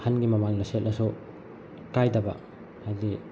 ꯑꯍꯟꯒꯤ ꯃꯃꯥꯡꯗ ꯁꯦꯠꯂꯁꯨ ꯀꯥꯏꯗꯕ ꯍꯥꯏꯗꯤ